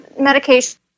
medication